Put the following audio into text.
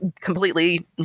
completely